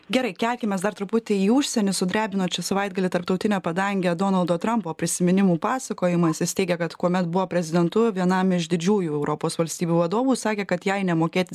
gerai kelkimaės dar truputį į užsienį sudrebino čia savaitgalį tarptautinę padangę donaldo trampo prisiminimų pasakojimas jis teigia kad kuomet buvo prezidentu vienam iš didžiųjų europos valstybių vadovų sakė kad jei nemokėti